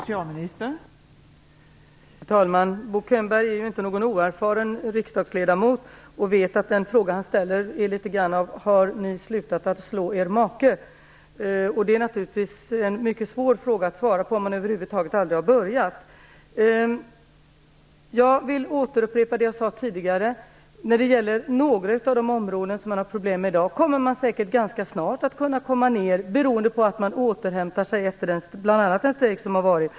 Fru talman! Bo Könberg är ju inte någon oerfaren riksdagsledamot. Han vet att den fråga han ställer är litet grand som frågan: "Har ni slutat att slå er make?" Om man över huvud taget aldrig har börjat är det naturligtvis en mycket svår fråga att svara på. Jag vill upprepa det jag sade tidigare. På några av de områden där det finns problem i dag kommer man säkert ganska snart ned till kortare kötider, bl.a. beroende på återhämtningen efter den strejk som har varit.